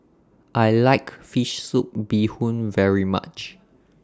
I like Fish Soup Bee Hoon very much